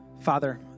Father